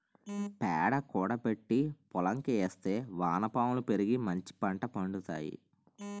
పేడ కూడబెట్టి పోలంకి ఏస్తే వానపాములు పెరిగి మంచిపంట పండుతాయి